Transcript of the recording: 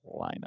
lineup